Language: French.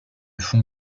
font